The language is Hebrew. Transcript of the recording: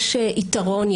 יש יתרון,